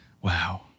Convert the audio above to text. wow